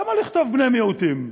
למה לכתוב "בני מיעוטים"?